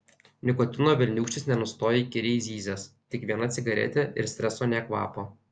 nikotino velniūkštis nenustoja įkyriai zyzęs tik viena cigaretė ir streso nė kvapo